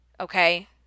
Okay